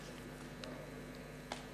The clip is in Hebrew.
תודה רבה.